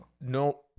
no